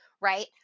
Right